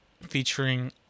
featuring